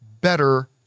better